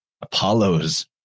Apollo's